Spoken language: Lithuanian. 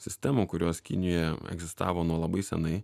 sistemų kurios kinijoje egzistavo nuo labai senai